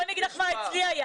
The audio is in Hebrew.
בואי אני אגיד לך מה אצלי היה.